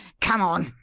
come on!